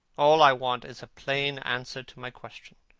all i want is a plain answer to my question.